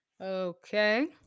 Okay